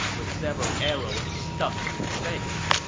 with several arrows stuck in his face.